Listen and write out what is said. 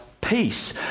peace